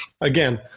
again